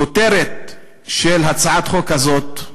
הכותרת של הצעת החוק הזאת,